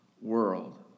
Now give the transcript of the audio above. world